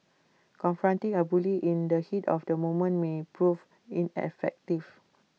confronting A bully in the heat of the moment may prove ineffective